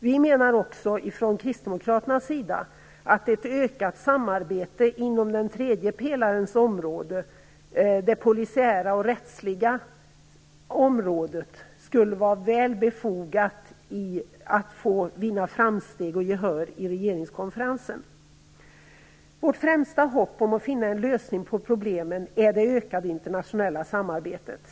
Vi kristdemokrater menar att det skulle vara väl befogat att vinna framsteg och gehör på regeringskonferensen för ett ökat samarbete inom den tredje pelarens område, det polisiära och rättsliga området. Vårt främsta hopp om att finna en lösning på problemen är det ökade internationella samarbetet.